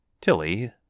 Tilly